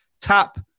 Tap